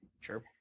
Sure